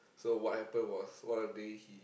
so what happened was one of the day he